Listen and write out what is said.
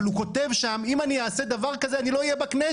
אבל הוא כותב שם: אם אני אעשה דבר כזה אני לא אהיה בכנסת,